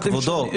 אבל כבודו.